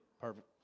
Perfect